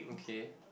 okay